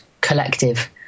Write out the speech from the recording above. collective